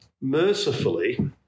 mercifully